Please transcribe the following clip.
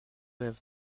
have